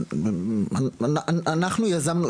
אנחנו יזמנו,